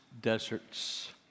Deserts